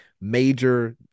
major